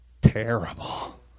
terrible